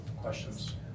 questions